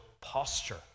posture